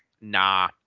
nah